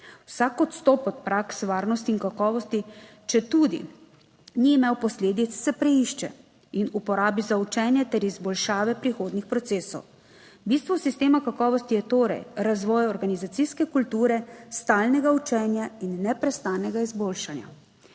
Vsak odstop od praks varnosti in kakovosti, četudi ni imel posledic, se preišče in uporabi za učenje ter izboljšave prihodnjih procesov. Bistvo sistema kakovosti je torej razvoj organizacijske kulture stalnega učenja in neprestanega izboljšanja.